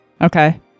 Okay